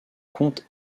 compte